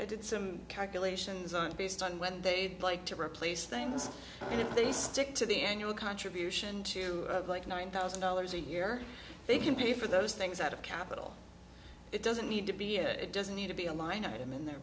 i did some calculations on based on what they'd like to replace things and if they stick to the annual contribution to like nine thousand dollars a year they can pay for those things out of capital it doesn't need to be it doesn't need to be a line item in their